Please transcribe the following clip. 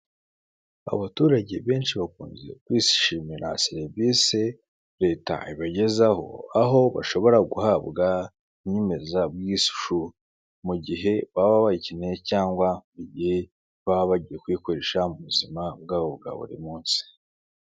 Abaturage benshi bakunze kwishimira serivse leta ibagezaho, aho bashobora guhabwa inyemezabwishu, mu gihe baba bayikeneye cyangwa igihe baba bagiye kuyikoresha mu buzima bwabo bwa buri munsi.